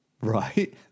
right